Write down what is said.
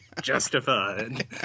justified